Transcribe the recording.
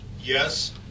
yes